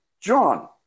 John